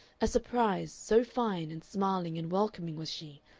a surprise, so fine and smiling and welcoming was she,